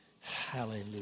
hallelujah